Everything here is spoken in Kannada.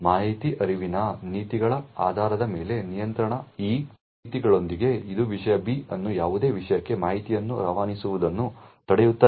ಮಾಹಿತಿ ಹರಿವಿನ ನೀತಿಗಳ ಆಧಾರದ ಮೇಲೆ ನಿಯಂತ್ರಣ ಈ ನೀತಿಗಳೊಂದಿಗೆ ಇದು ವಿಷಯ B ಅನ್ನು ಯಾವುದೇ ವಿಷಯಕ್ಕೆ ಮಾಹಿತಿಯನ್ನು ರವಾನಿಸುವುದನ್ನು ತಡೆಯುತ್ತದೆ